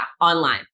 online